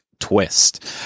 twist